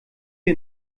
wir